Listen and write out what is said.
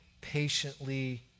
patiently